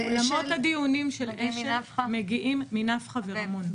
לאולמות הדיונים של אשל מגיעים מנפחא ורמון.